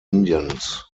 indians